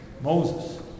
Moses